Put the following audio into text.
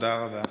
תודה רבה.